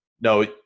No